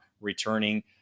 returning